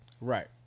Right